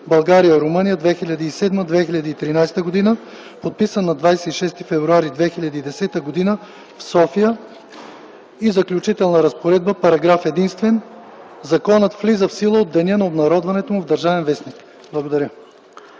България – Румъния 2007-2013 г., подписан на 26 февруари 2010 г. в София. Заключителна разпоредба Параграф единствен. Законът влиза в сила от деня на обнародването му в „Държавен вестник”.” Благодаря.